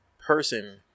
person